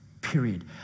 period